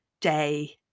day